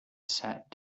sat